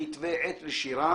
בכתבי עת לשירה